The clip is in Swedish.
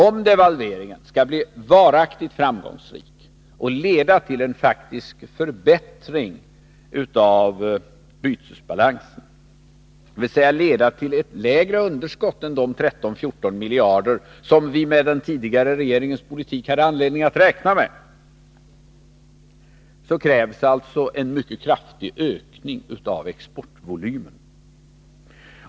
Om devalveringen skall bli varaktigt framgångsrik och medföra en faktisk förbättring av bytesbalansen, dvs. leda till ett lägre underskott än de 13-14 miljarder som vi med den tidigare regeringens politik hade anledning att räkna med, krävs alltså en mycket kraftig ökning av exportvolymen.